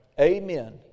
Amen